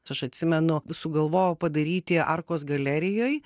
aš atsimenu sugalvojau padaryti arkos galerijoj